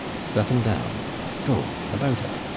set em down go, about it.